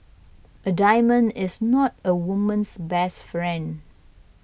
a diamond is not a woman's best friend